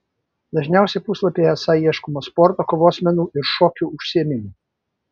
dažniausiai puslapyje esą ieškoma sporto kovos menų ir šokių užsiėmimų